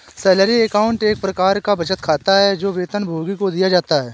salary account एक प्रकार का बचत खाता है, जो वेतनभोगी को दिया जाता है